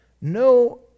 no